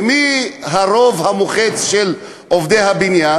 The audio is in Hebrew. ומי הרוב המוחץ של עובדי הבניין?